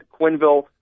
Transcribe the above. Quinville